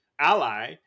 ally